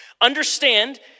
Understand